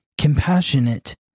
compassionate